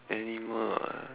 animal ah